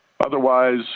Otherwise